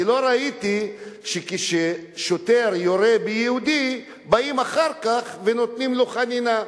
אני לא ראיתי שכששוטר יורה ביהודי באים אחר כך ונותנים לו חנינה.